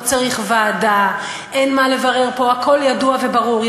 לא צריך ועדה, אין מה לברר פה, הכול ידוע וברור.